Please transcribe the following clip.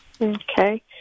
Okay